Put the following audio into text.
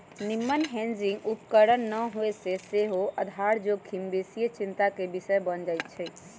निम्मन हेजिंग उपकरण न होय से सेहो आधार जोखिम बेशीये चिंता के विषय बन जाइ छइ